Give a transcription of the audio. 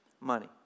money